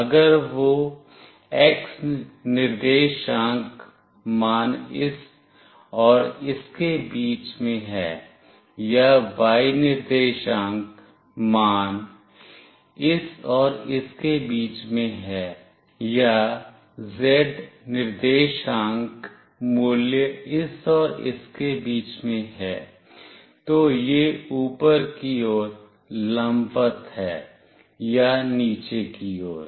अगर वह x निर्देशांक मान इस और इसके बीच में है या y निर्देशांक मान इस और इसके बीच में है या z निर्देशांक मूल्य इस और इसके बीच में है तो यह ऊपर की ओर लंबवत है या नीचे की ओर